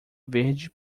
verde